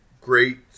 great